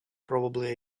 probably